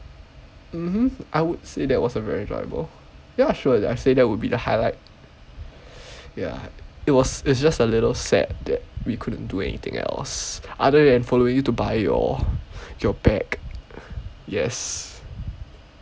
mmhmm I would say that was a very enjoyable ya sure I'd say that would be the highlight ya it was it's just a little sad that we couldn't do anything else other than follow you to buy your your bag yes